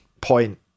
point